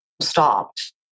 stopped